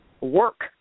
work